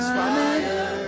fire